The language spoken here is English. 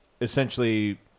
essentially